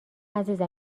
عزیزم